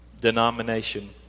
denomination